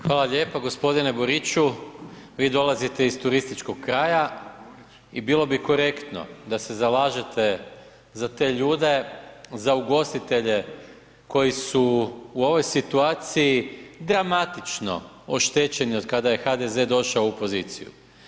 Hvala lijepa, gospodine Boriću vi dolazite iz turističkog kraja i bilo bi korektno da se zalažete za te ljude, za ugostitelje koji su u ovoj situaciji dramatično oštećeni od kada je HDZ došao u poziciju.